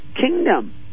kingdom